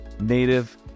Native